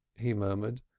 he murmured.